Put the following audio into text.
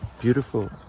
beautiful